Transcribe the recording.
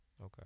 Okay